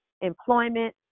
employment